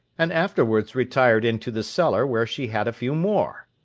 and afterwards retired into the cellar where she had a few more.